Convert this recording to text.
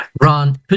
Ron